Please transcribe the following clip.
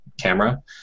camera